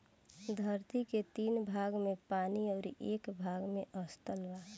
धरती के तीन भाग में पानी अउरी एक भाग में स्थल बा